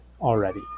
already